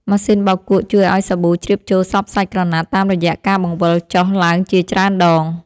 ម៉ាស៊ីនបោកគក់ជួយឱ្យសាប៊ូជ្រាបចូលសព្វសាច់ក្រណាត់តាមរយៈការបង្វិលចុះឡើងជាច្រើនដង។